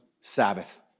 Sabbath